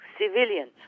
civilians